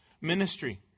ministry